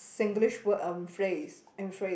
Singlish word um phrase and phrase